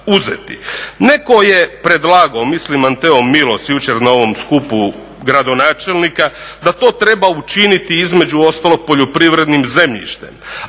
Netko je predlagao, mislim Anteo Milos jučer na ovom skupu gradonačelnika da to treba učiniti između ostalog poljoprivrednim zemljištem.